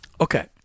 Okay